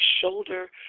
shoulder